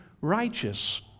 righteous